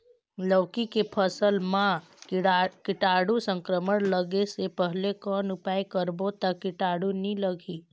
लौकी के फसल मां कीटाणु संक्रमण लगे से पहले कौन उपाय करबो ता कीटाणु नी लगही?